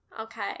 okay